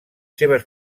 seves